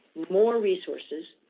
more resources.